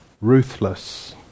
ruthless